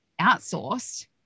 outsourced